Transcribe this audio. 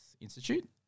Institute